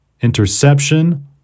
interception